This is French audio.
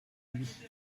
lui